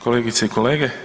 Kolegice i kolege.